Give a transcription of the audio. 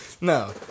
no